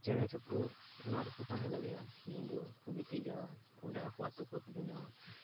ᱪᱮᱬᱮ ᱪᱤᱯᱨᱩᱫ ᱚᱱᱟ ᱨᱮ ᱠᱚ ᱛᱟᱦᱮᱸ ᱫᱟᱲᱮᱭᱟᱜᱼᱟ ᱧᱤᱫᱟᱹ ᱚᱸᱰᱮ ᱠᱚ ᱜᱤᱛᱤᱡᱟ ᱚᱸᱰᱮ ᱟᱠᱚᱣᱟᱜ ᱛᱩᱠᱟᱹ ᱠᱚ ᱵᱮᱱᱟᱣᱟ